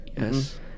Yes